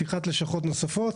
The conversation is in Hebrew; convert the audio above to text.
פתיחת לשכות נוספות,